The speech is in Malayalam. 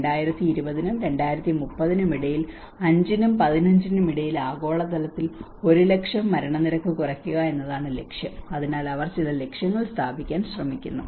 2020 നും 2030 നും ഇടയിൽ 5 നും 15 നും ഇടയിൽ ആഗോളതലത്തിൽ 1 ലക്ഷം മരണനിരക്ക് കുറയ്ക്കുക എന്നതാണ് ലക്ഷ്യം അതിനാൽ അവർ ചില ലക്ഷ്യങ്ങൾ സ്ഥാപിക്കാൻ ശ്രമിക്കുന്നു